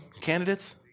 candidates